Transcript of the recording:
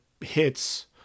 hits